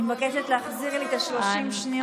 אני רוצה לשמוע משהו חדש.